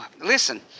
Listen